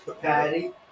Patty